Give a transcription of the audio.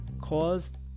caused